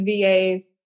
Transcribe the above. VAs